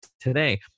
today